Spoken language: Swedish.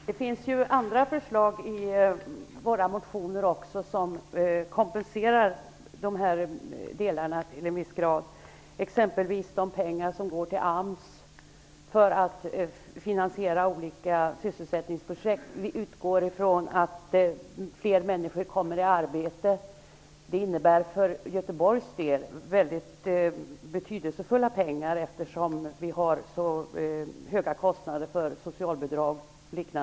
Herr talman! Det finns andra förslag i våra motioner som till en viss grad kompenserar den här delen. Pengar skall exempelvis gå till AMS för att finansiera olika sysselsättningsprojekt. Vi utgår ifrån att fler människor kommer att få arbete. För Göteborgs del är det fråga om betydelsefulla pengar, eftersom man i dagens läge har så höga kostnader för socialbidrag o.d.